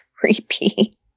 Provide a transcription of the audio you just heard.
creepy